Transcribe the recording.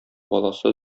баласы